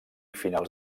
finals